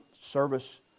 service